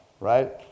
right